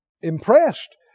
impressed